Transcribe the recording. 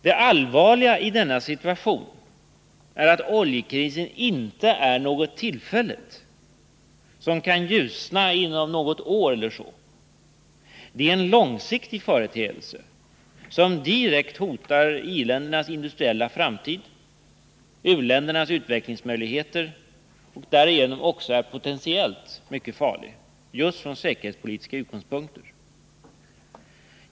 Det allvarliga i denna situation är att oljekrisen inte är något tillfälligt, dvs. en situation som kan ljusna inom något år eller så. Det är en långsiktig företeelse som direkt hotar i-ländernas industriella framtid och u-ländernas utvecklingsmöjligheter och därigenom också är potentiellt mycket farlig, 93 från säkerhetspolitiska utgångspunkter.